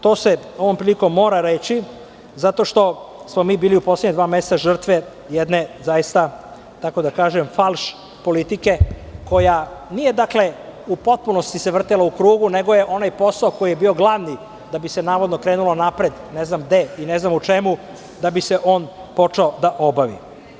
To se ovom prilikom mora reći, zato što smo mi bili u poslednja dva meseca žrtve jedne zaista, tako da kažem, falš politike, koja se nije u potpunosti vrtela u krugu, nego onaj posao koji je bio glavni da bi se navodno krenulo napred, ne znam gde i ne znam u čemu, da bi se on počeo obavljati.